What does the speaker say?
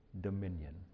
dominion